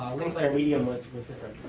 link layer medium was was different.